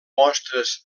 mostres